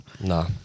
No